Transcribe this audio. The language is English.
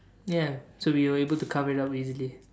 ya so we were able to cover it up easily